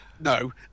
No